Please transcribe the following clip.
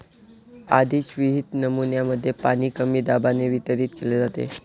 आधीच विहित नमुन्यांमध्ये पाणी कमी दाबाने वितरित केले जाते